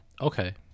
okay